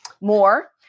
more